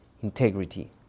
integrity